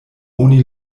oni